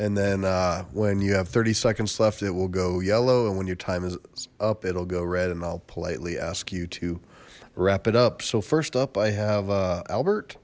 and then when you have thirty seconds left it will go yellow and when your time is up it'll go red and i'll politely ask you to wrap it up so first up i have albert